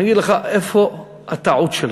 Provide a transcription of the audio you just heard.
אגיד לך איפה הטעות שלך,